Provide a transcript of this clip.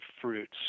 fruits